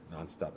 nonstop